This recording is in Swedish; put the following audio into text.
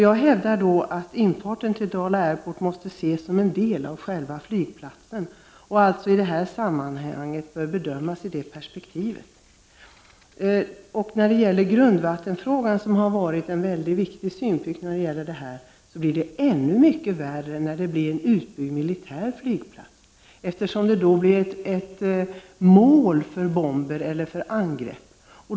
Jag hävdar att infarten till Dala Airport måste ses som en del av själva flygplatsen och den bör i det här sammanhanget bedömas efter detta perspektiv. Frågan om grundvattnet har varit en väldigt viktig synpunkt och detta problem blir mycket värre om Dala Airport byggs ut till en militär flygplats, eftersom den då blir ett mål för militära angrepp.